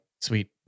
sweet